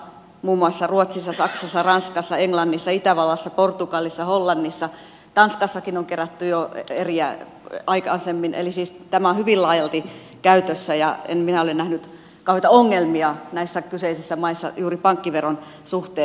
muun muassa ruotsissa saksassa ranskassa englannissa itävallassa portugalissa hollannissa tanskassakin on kerätty jo eriä aikaisemmin eli tämä on hyvin laajalti käytössä ja en minä ole nähnyt kauheita ongelmia näissä kyseisissä maissa juuri pankkiveron suhteen